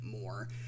more